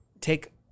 take